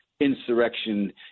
Insurrection